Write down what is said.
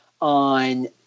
on